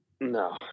No